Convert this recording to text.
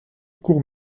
courts